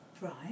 right